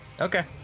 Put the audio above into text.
Okay